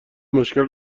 مشکل